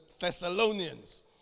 Thessalonians